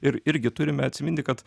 ir irgi turime atsiminti kad